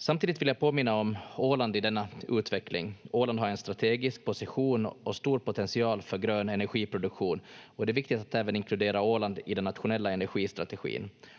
Samtidigt vill jag påminna om Åland i denna utveckling. Åland har en strategisk position och stor potential för grön energiproduktion, och det är viktigt att även inkludera Åland i den nationella energistrategin.